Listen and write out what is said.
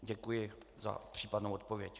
Děkuji za případnou odpověď.